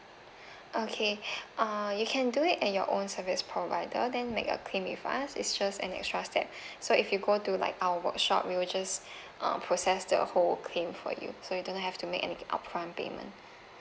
okay uh you can do it at your own service provider then make a claim with us it's just an extra step so if you go to like our workshop we will just uh process the whole claim for you so you don't have to make any upfront payment